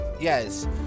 Yes